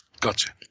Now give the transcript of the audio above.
Gotcha